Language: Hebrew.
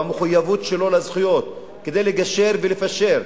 במחויבות שלו לזכויות, כדי לגשר ולפשר.